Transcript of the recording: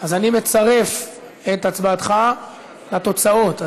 אז אני מצרף את הצבעתך לתוצאות.